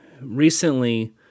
recently